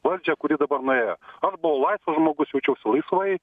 valdžią kuri dabar nuėjo aš buvau laisvas žmogus jaučiausi laisvai